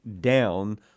down